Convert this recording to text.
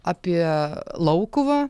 apie laukuvą